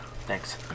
Thanks